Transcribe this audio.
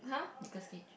Nicholas-Cage